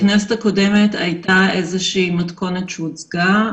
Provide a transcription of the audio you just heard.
בכנסת הקודמת הייתה איזו שהיא מתכונת שהוצגה.